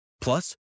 Plus